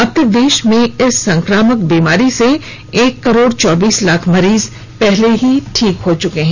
अब तक देश में इस संक्रामक बीमारी से एक करोड़ चौबीस लाख मरीज पहले ही ठीक हो चुके हैं